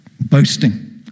boasting